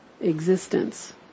existence